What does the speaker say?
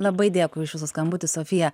labai dėkui už jūsų skambutį sofija